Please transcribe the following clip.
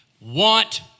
want